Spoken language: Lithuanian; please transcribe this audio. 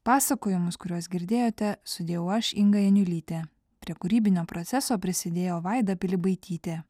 pasakojimus kuriuos girdėjote sudėjau aš inga janiulyte prie kūrybinio proceso prisidėjo vaida pilibaitytė